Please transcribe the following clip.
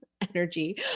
energy